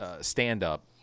stand-up